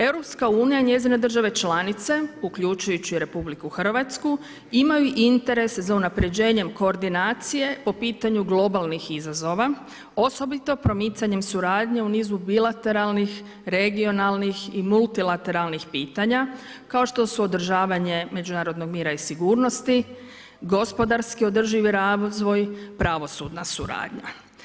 EU i njezine države članice, uključujući i RH, imaju interes za unapređenje koordinacije po pitanju globalnih izazova osobito promicanjem suradnje u nizu bilateralnih, regionalnih i multilateralnih pitanja kao što su održavanje međunarodnog mira i sigurnosti, gospodarski održivi razvoj, pravosudna suradnja.